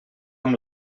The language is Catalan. amb